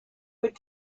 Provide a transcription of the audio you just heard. would